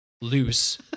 loose